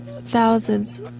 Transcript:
thousands